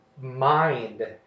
mind